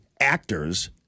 actors